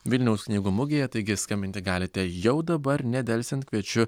vilniaus knygų mugėje taigi skambinti galite jau dabar nedelsiant kviečiu